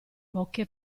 poche